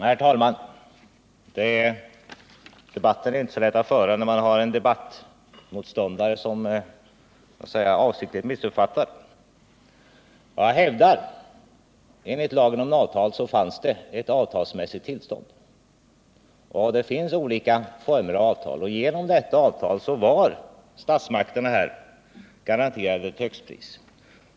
Herr talman! Debatten är inte så lätt att föra när man har en debattmotståndare som avsiktligt missuppfattar. Jag hävdar att det enligt lagen om avtal fanns ett avtalsmässigt tillstånd. Det finns olika former av avtal, och genom detta avtal var statsmakterna garanterade ett högsta pris.